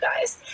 guys